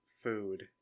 food